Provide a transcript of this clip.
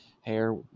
hair